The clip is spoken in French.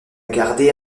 gardé